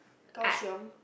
Kaohsiung